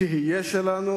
תהיה שלנו,